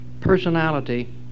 personality